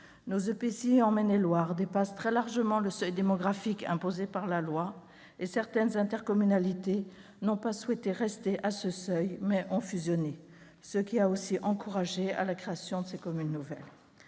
Nos EPCI, en Maine-et-Loire, dépassent très largement le seuil démographique imposé par la loi. Certaines intercommunalités n'ont pas souhaité rester à ce seuil et ont fusionné, ce qui a aussi encouragé la création des communes nouvelles.